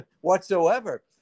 whatsoever